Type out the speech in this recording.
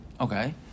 Okay